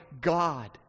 God